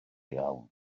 iawn